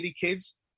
kids